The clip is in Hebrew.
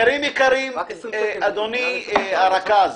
אדוני הרכז,